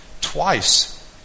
Twice